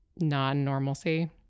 non-normalcy